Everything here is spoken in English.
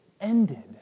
ended